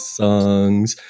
songs